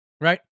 right